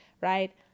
right